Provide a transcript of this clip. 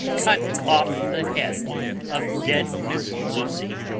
cut off the head of dead miss lucy?